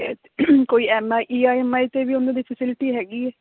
ਕੋਈ ਐਮਆਈ ਤੇ ਵੀ ਉਹਨਾਂ ਦੀ ਫੈਸਿਲਿਟੀ ਹੈਗੀ ਆ